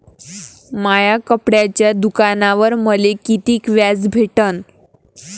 माया कपड्याच्या दुकानावर मले कितीक व्याज भेटन?